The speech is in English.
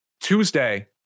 Tuesday